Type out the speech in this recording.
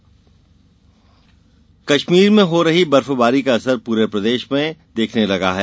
मौसम कश्मीर में हो रही बर्फवारी का असर पूरे प्रदेश में दिखने लगा है